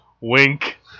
Wink